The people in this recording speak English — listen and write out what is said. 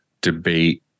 debate